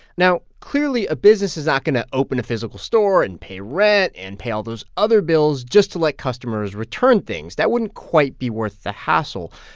now, clearly, a business is not going to open a physical store and pay rent and pay all those other bills just to let like customers return things. that wouldn't quite be worth the hassle.